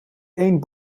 één